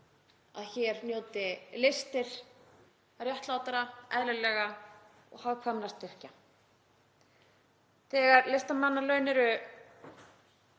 að hér njóti listir réttlátra, eðlilegra og hagkvæmra styrkja. Þegar listamannalaun